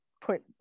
put